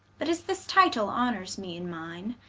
but as this title honors me and mine,